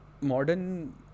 modern